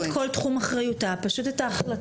אבל במקום את כל תחום אחריותה פשוט את ההחלטות,